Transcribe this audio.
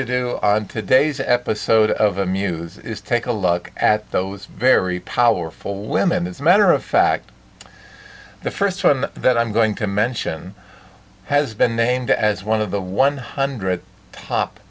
to do on today's episode of the muse is take a look at those very powerful women it's a matter of fact the first one that i'm going to mention has been named as one of the one hundred top